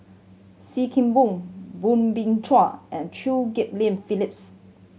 Sim Kee Boon Soo Bin Chua and Chew Get Lian Phyllis